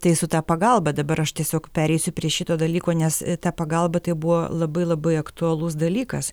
tai su ta pagalba dabar aš tiesiog pereisiu prie šito dalyko nes ta pagalba tai buvo labai labai aktualus dalykas